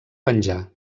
penjar